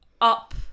up